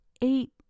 eight